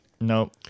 No